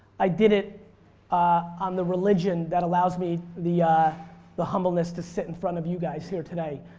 i did it on the religion that allows me the the humbleness to sit in front of you guys here today.